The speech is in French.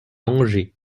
angers